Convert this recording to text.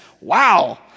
Wow